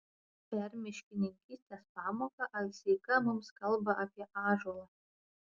per miškininkystės pamoką alseika mums kalba apie ąžuolą